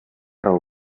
hau